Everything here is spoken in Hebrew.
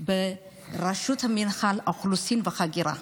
על רשות מינהל האוכלוסין וההגירה.